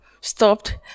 stopped